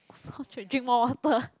sore throat drink more water